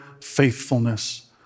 faithfulness